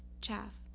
chaff